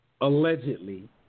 allegedly